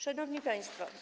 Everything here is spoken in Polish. Szanowni Państwo!